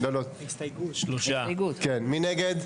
מי נגד?